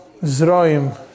zroim